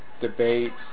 Debates